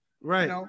Right